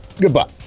Goodbye